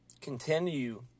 continue